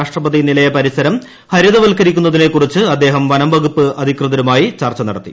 രാഷ്ട്രപതിനിലയ പരിസരം ഹരിതവൽക്കരിക്കുന്നതിനെക്കുറിച്ച് അദ്ദേഹം വനംവകുപ്പ് അധികൃതരുമായി ചർച്ച നടത്തി